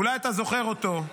אולי אתה זוכר אותו,